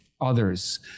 others